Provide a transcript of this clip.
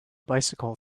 bicycle